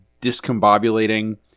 discombobulating